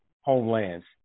homelands